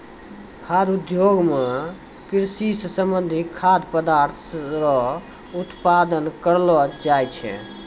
खाद्य उद्योग मे कृषि से संबंधित खाद्य पदार्थ रो उत्पादन करलो जाय छै